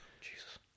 Jesus